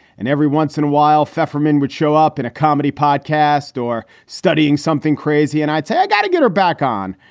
and every once in a while, pfeiffer men would show up in a comedy podcast for studying something crazy. and i'd say, i gotta get her back on.